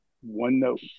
one-note